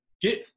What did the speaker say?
get